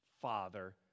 father